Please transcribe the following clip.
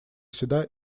сюда